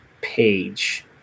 page